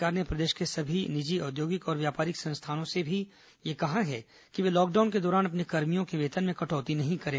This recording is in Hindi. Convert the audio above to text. सरकार ने प्रदेश के सभी निजी औद्योगिक और व्यापारिक संस्थानों से भी यह कहा है कि वे लॉकडाउन के दौरान अपने कर्मियों के वेतन में कटौती नहीं करें